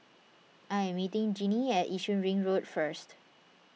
I am meeting Jeanie at Yishun Ring Road first